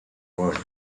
world